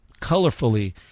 colorfully